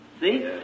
See